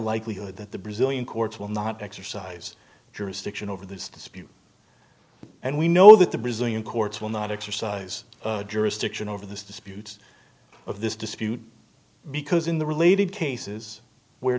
likelihood that the brazilian courts will not exercise jurisdiction over this dispute and we know that the brazilian courts will not exercise jurisdiction over this dispute of this dispute because in the related cases where